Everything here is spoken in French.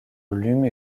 volumes